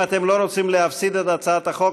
אם אתם לא רוצים להפסיד את הצעת החוק,